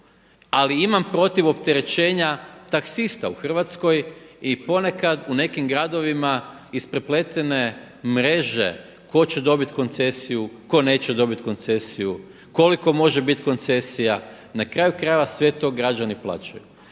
ali imam protiv opterećenja taksista u Hrvatskoj. I ponekad u nekim gradovima isprepletene mreže tko će dobiti koncesiju, tko neće dobit koncesiju, koliko može bit koncesija. Na kraju krajeva sve to građani plaćaju.